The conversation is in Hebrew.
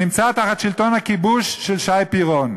שנמצא תחת שלטון הכיבוש של שי פירון,